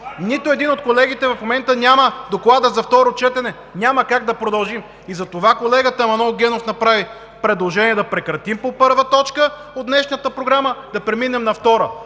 нито един от колегите няма доклада за второ четене. Няма как да продължим. Затова колегата Манол Генов направи предложение да прекратим дебата по първа точка от днешната програма и да преминем на втора